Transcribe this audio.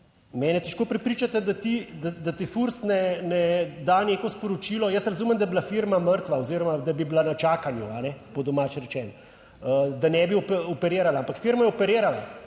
mene je težko prepričati, da ti FURS ne da neko sporočilo, jaz razumem, da je bila firma mrtva oziroma da bi bila na čakanju, po domače rečeno, da ne bi operirali, ampak firma je operirala